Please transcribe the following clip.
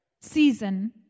season